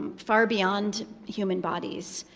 far beyond human bodies.